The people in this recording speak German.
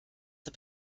der